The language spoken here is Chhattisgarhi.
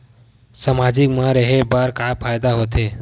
सामाजिक मा रहे बार का फ़ायदा होथे?